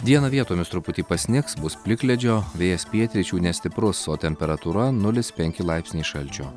dieną vietomis truputį pasnigs bus plikledžio vėjas pietryčių nestiprus o temperatūra nulis penki laipsniai šalčio